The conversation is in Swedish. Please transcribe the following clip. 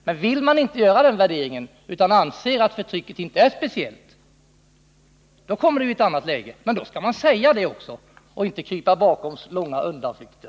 Men värderar man inte förtrycket som speciellt hårt kommer saken naturligtvis i ett annat läge. Men då skall man säga det också, och inte göra undanflykter.